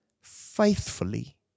faithfully